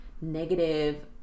negative